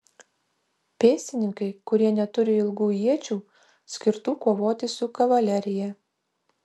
pėstininkai kurie neturi ilgų iečių skirtų kovoti su kavalerija